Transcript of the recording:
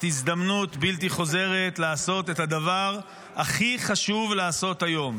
הזדמנות בלתי חוזרת לעשות את הדבר הכי חשוב לעשות היום,